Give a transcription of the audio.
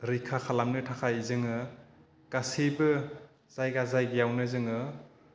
रैखा खालामनो थाखाय जोङो गासिबो जायगा जायगायावनो जोङो